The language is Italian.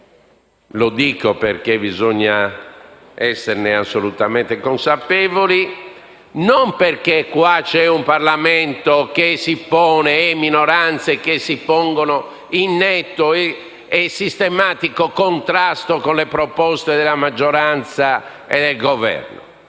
lo dico perché bisogna esserne assolutamente consapevoli - non perché qui ci sono un Parlamento e minoranze che si pongono in netto e sistematico contrasto con le proposte della maggioranza e del Governo.